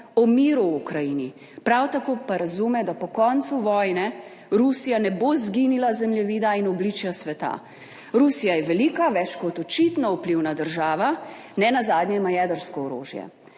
o miru v Ukrajini, prav tako pa razume, da po koncu vojne Rusija ne bo izginila z zemljevida in obličja sveta. Rusija je velika, več kot očitno vplivna država, nenazadnje ima jedrsko orožje.